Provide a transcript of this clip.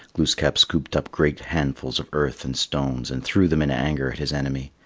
glooskap scooped up great handfuls of earth and stones and threw them in anger at his enemy,